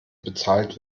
bezahlt